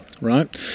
Right